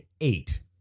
eight